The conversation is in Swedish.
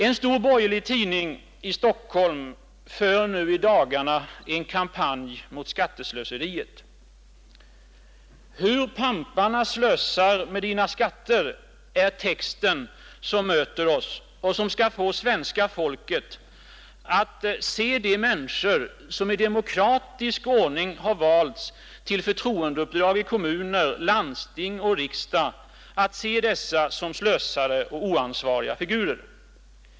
En stor borgerlig tidning i Stockholm för i dagarna en kampanj mot ”skatteslöseriet”. ”Hur pamparna slösar med Dina skatter”, lyder texten som möter oss och som skall få svenska folket att se de människor som i demokratisk ordning har valts till förtroendeuppdrag i kommuner, landsting och riksdag såsom slösare och oansvariga figurer.